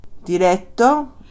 Diretto